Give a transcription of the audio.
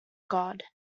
god